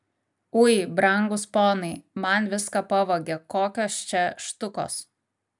ui brangūs ponai man viską pavogė kokios čia štukos